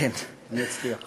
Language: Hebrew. אני אצליח בסוף.